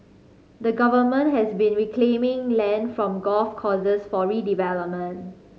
the Government has been reclaiming land from golf courses for redevelopment